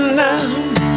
now